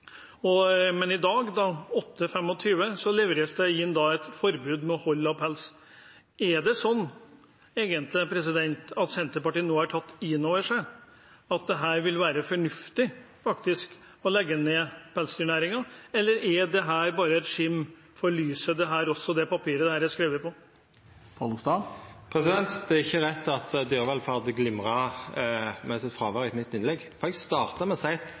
pelsdyrnæringen, men i dag kl. 8.25 ble det levert inn et forslag om forbud mot hold av pelsdyr. Er det egentlig sånn at Senterpartiet nå har tatt inn over seg at det vil være fornuftig å legge ned pelsdyrnæringen, eller er papiret dette er skrevet på, bare et skimt av lys? Det er ikkje rett at dyrevelferd glimra med sitt fråvær i innlegget mitt. Eg starta med å